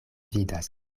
vidas